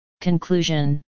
Conclusion